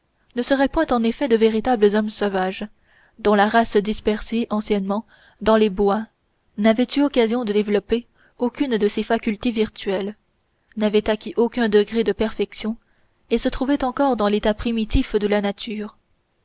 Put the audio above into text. ne seraient point en effet de véritables hommes sauvages dont la race dispersée anciennement dans les bois n'avait eu occasion de développer aucune de ses facultés virtuelles n'avait acquis aucun degré de perfection et se trouvait encore dans l'état primitif de nature